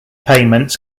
payments